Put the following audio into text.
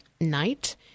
night